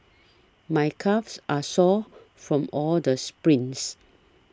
my calves are sore from all the sprints